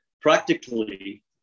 practically